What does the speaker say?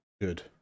good